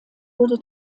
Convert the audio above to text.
wurde